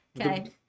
Okay